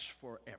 forever